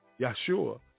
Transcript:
Yahshua